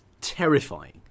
terrifying